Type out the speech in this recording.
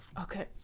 Okay